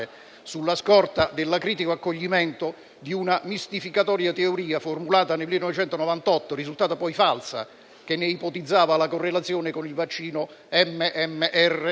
sulla scorta dell'acritico accoglimento della mistificatoria teoria formulata in una ricerca del 1998, risultata poi falsa, che ne ipotizzava la correlazione con il vaccino MMR